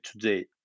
today